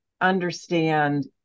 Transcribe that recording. understand